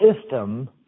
system